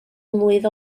mlwydd